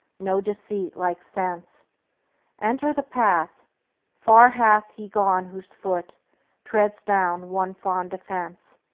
no deceit like sense enter the path far hath he gone whose foot treads down one fond offense.